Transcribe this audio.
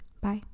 Bye